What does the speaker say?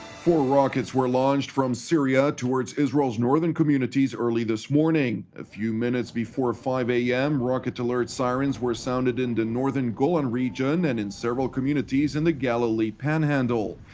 four rockets were launched from syria towards israel's northern communities early this morning. a few minutes before five am, rocket-alert sirens were sounded in the northern golan region, and in several communities in the galilee panhandle.